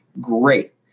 Great